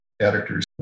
editors